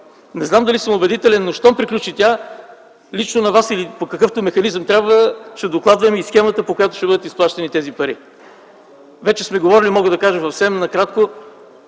Не знам дали съм убедителен, но щом приключи тя лично на вас или по какъвто механизъм трябва ще докладвам и схемата, по която ще бъдат изплащани тези пари. Ще кажа съвсем накратко,